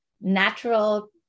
natural